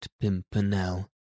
pimpernel